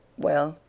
well,